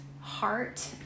heart